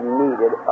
needed